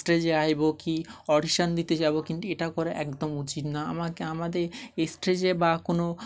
স্টেজে আসবো কি অডিশান দিতে যাবো কিন্তু এটা করা একদম উচিত না আমাকে আমাদের স্টেজে বা কোনো